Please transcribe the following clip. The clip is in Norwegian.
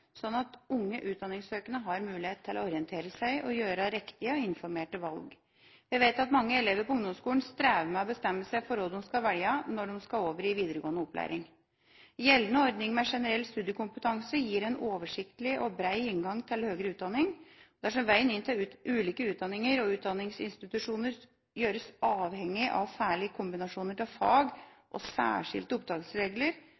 at unge utdanningssøkende har mulighet til å orientere seg og gjøre riktige og informerte valg. Vi vet at mange elever på ungdomsskolen strever med å bestemme seg for hva de skal velge når de skal over i videregående opplæring. Gjeldende ordning med generell studiekompetanse gir en oversiktlig og bred inngang til høyere utdanning. Dersom veien inn til ulike utdanninger og utdanningsinstitusjoner gjøres avhengig av særlige kombinasjoner